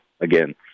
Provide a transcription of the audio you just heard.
again